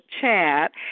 chat